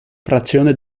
frazione